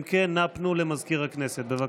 אם כן, נא פנו למזכיר הכנסת בבקשה.